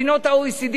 ביחס למדינות ה-OECD,